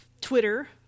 Twitter